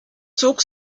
zog